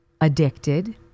addicted